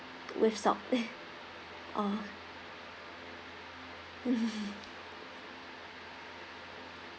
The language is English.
with salt oh